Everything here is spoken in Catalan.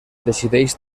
decideix